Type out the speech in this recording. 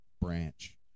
branch